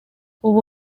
ubu